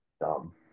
dumb